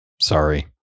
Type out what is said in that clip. sorry